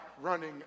running